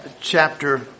chapter